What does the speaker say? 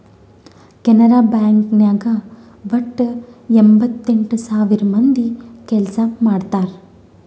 Canara bank ನಾಗ್ ವಟ್ಟ ಎಂಭತ್ತೆಂಟ್ ಸಾವಿರ ಮಂದಿ ಕೆಲ್ಸಾ ಮಾಡ್ತಾರ್